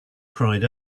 cried